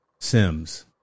Sims